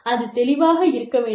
அது தெளிவாக இருக்க வேண்டும்